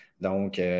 Donc